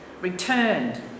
returned